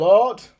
Lord